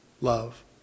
Love